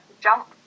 jump